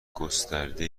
گسترده